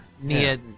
Nia